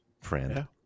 friend